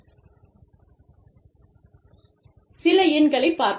சில எண்களைப் பார்ப்போம்